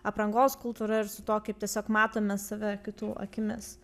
aprangos kultūra ir su tuo kaip tiesiog matome save kitų akimis